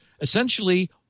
Essentially